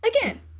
again